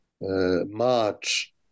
march